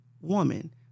woman